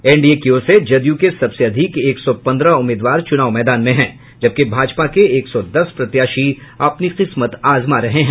NDA की ओर से जदयू के सबसे अधिक एक सौ पन्द्रह उम्मीदवार चुनावी मैदान में हैं जबकि भाजपा के एक सौ दस प्रत्याशी अपनी किस्मत आजमा रहे हैं